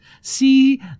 See